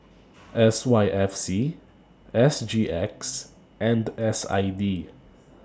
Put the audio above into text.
S Y F C S G X and S I D